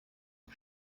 die